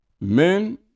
Men